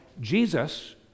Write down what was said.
Jesus